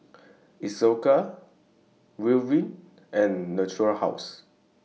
Isocal Ridwind and Natura House